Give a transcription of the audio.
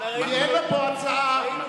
כי אתה רוצה לקרוא.